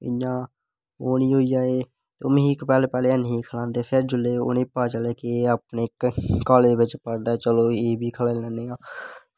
इयां ओह् नी होई जाए मिगी पैह्लें पैह्लें नी खलांदे हे फिर जिसले उनें पता चलेआ कि अपने कालेज बिच्च पढ़दा ऐ चलो खलाई लैन्ने आं